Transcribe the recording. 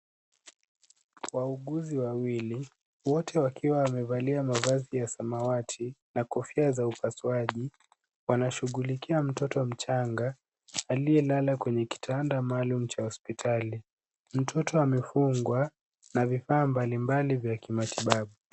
Wauguzi wawili, wote wakiwa wamevalia mavazi za samawati na kofia za upasuaji, wanashughulikia mtoto mchanga, aliyelala kwenye kitanda maalum cha hospitali. Mtoto amefungwa na vifaa mbalimbali vya kimatibabu.